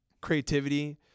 creativity